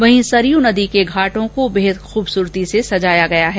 वहीं सरयू नदी के घाटों को बेहद खूबसूरती से सजाया गया है